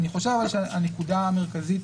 אבל אני חושב שהנקודה המרכזית,